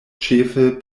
ĉefe